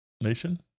nation